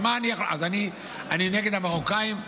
אז אני נגד המרוקאים?